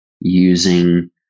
using